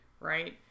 right